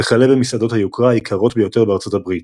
וכלה במסעדות היוקרה היקרות ביותר בארצות הברית.